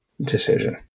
decision